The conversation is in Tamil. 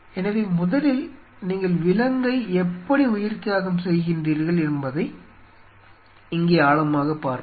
எனவே முதலில் நீங்கள் விலங்கை எப்படி உயிர்த்தியாகம் செய்கின்றீர்கள் என்பதை இங்கே ஆழமாகப் பார்ப்போம்